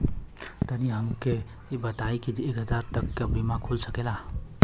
तनि हमके इ बताईं की एक हजार तक क बीमा खुल सकेला का?